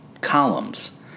columns